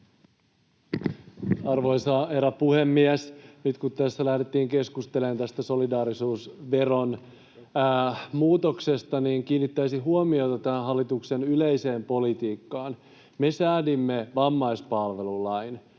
Arvoisa herra puhemies! Nyt kun lähdettiin keskustelemaan tästä solidaarisuusveron muutoksesta, niin kiinnittäisin huomiota tämän hallituksen yleiseen politiikkaan. Me säädimme vammaispalvelulain,